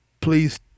Please